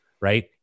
right